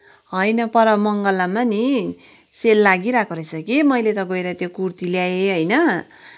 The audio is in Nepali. होइन पर मङ्गलममा नि सेल लागिरहेको रहेछ कि मैले त गएर त्यो कुर्ती ल्याएँ होइन